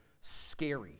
scary